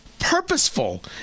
purposeful